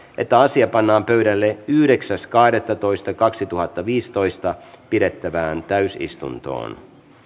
että asia pannaan pöydälle yhdeksäs kahdettatoista kaksituhattaviisitoista pidettävään täysistuntoon